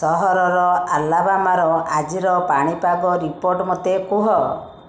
ସହରର ଆଲାବାମାର ଆଜିର ପାଣିପାଗ ରିପୋର୍ଟ ମୋତେ କୁହ